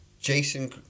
Jason